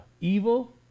evil